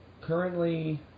Currently